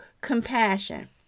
compassion